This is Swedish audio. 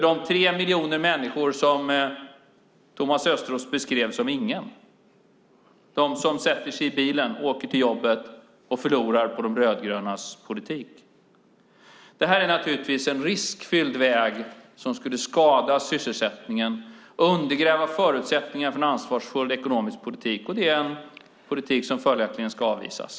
De tre miljoner människor som Thomas Östros beskrev som ingen är de som sätter sig i bilen och åker till jobbet och förlorar på De rödgrönas politik. Det är naturligtvis en riskfylld väg som skulle skada sysselsättningen och undergräva förutsättningarna för en ansvarsfull ekonomisk politik. Det är en politik som följaktligen ska avvisas.